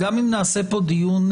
נכון, לכן אנחנו נקיים פה דיון.